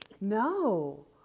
No